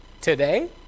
today